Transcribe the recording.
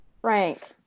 Frank